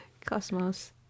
cosmos